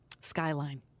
Skyline